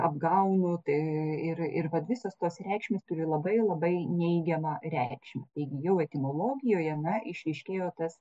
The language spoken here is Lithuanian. apgauliu tai ir ir vat visos tos reikšmės turi labai labai neigiamą reikšmę taigi jau etimologijoje na išryškėjo tas